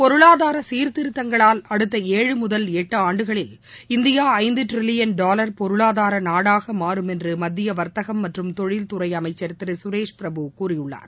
பொருளாதார சீர்திருத்தங்களால் அடுத்த ஏழு முதல் எட்டாண்டுகளில் இந்தியா ஐந்து ட்ரில்லியன் டாவர் பொருளாதார நாடாக மாறும் என்று மத்திய வர்த்தகம் மற்றும் தொழில்துறை அமைச்சர் திரு கரேஷ் பிரபு கூறியுள்ளார்